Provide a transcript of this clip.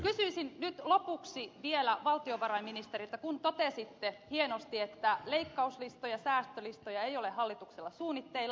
kysyisin nyt lopuksi vielä valtiovarainministeriltä kun totesitte hienosti että leikkauslistoja säästölistoja ei ole hallituksella suunnitteilla